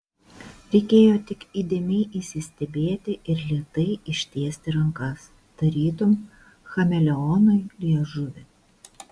reikėjo tik įdėmiai įsistebėti ir lėtai ištiesti rankas tarytum chameleonui liežuvį